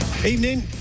Evening